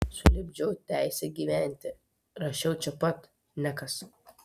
sulipdžiau teisę gyventi rašiau čia pat nekas